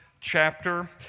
chapter